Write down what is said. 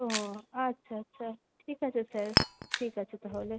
ও আচ্ছা আচ্ছা ঠিক আছে স্যার ঠিক আছে তাহলে